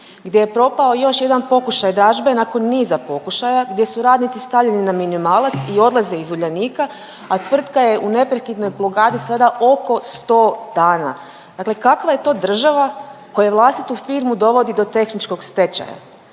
gdje je propao još jedan pokušaj dražbe nakon niza pokušaja gdje su radnici stavljeni na minimalac i odlaze iz Uljanika, a tvrtka je u neprekidnoj blokadi sada oko 100 dana, dakle kakva je to država koja vlastitu firmu dovodi do tehničkog stečaja?